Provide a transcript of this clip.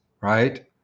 right